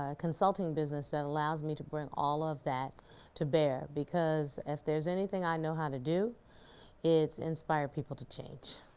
ah consulting business that allows me to bring all of that to bear because if there's anything i know how to do it's inspire people to change.